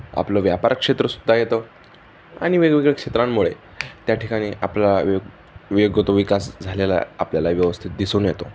आपलं व्यापार क्षेत्रसुद्धा येतं आणि वेगवेगळ्या क्षेत्रांमुळे त्या ठिकाणी आपला वे योग्य तो विकास झालेला आपल्याला व्यवस्थित दिसून येतो